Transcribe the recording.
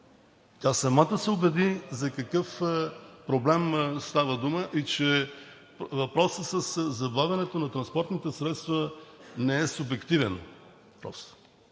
Тя самата се убеди за какъв проблем става дума и че въпросът със забавянето на транспортните средства не е субективен